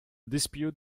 dispute